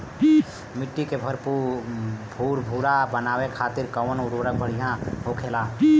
मिट्टी के भूरभूरा बनावे खातिर कवन उर्वरक भड़िया होखेला?